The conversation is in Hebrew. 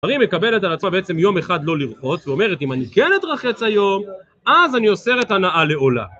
הרי היא מקבלת על עצמה בעצם יום אחד לא לראות, ואומרת אם אני כן אתרחץ היום, אז אני אוסר את הנאה לעולם.